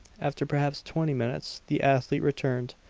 after perhaps twenty minutes the athlete returned,